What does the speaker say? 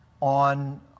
on